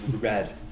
red